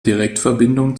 direktverbindung